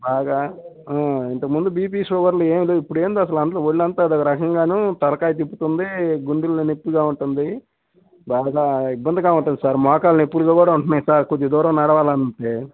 బాగా ఇంతక ముందు బీపీ షుగర్లు ఏం లెవ్ ఇప్పుడెంటో అసలు అందులో వళ్ళంతా అదో రకంగాను తలకాయ తిప్పుతుంది గుండెల్లో నొప్పిగా ఉంటుంది బాగా ఇబ్బందిగా ఉంటుంది సార్ మోకాల్నెప్పులు కూడా ఉంటున్నాయి సార్ కొంచెం దూరం నడవాలంటే